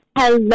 Hello